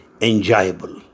enjoyable